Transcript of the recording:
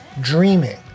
Dreaming